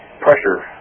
pressure